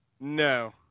No